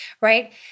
right